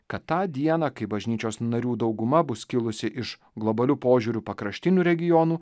kad tą dieną kai bažnyčios narių dauguma bus kilusi iš globalių požiūrių pakraštinių regionų